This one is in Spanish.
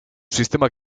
sistema